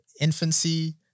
infancy